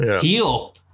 heal